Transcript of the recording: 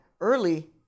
early